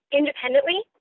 independently